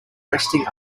resting